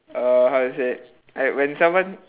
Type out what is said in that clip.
err how to say like when someone